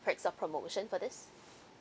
for example promotion for this